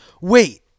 Wait